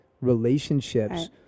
relationships